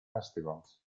festivals